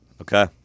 Okay